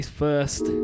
first